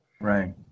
Right